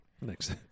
Next